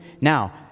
Now